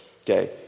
okay